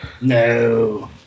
No